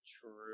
True